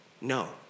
no